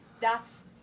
that's-